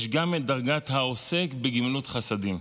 יש גם את דרגת העוסק בגמילות חסדים.